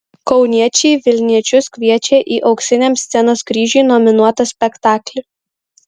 kauniečiai vilniečius kviečia į auksiniam scenos kryžiui nominuotą spektaklį